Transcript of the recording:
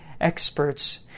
experts